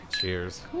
Cheers